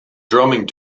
drumming